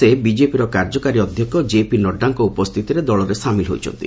ସେ ବିଜେପିର କାର୍ଯ୍ୟକାରୀ ଅଧ୍ୟକ୍ଷ ଜେପି ନଡ୍ରାଙ୍କ ଉପସ୍ଥିତିରେ ଦଳରେ ସାମିଲ ହୋଇଛନ୍ତି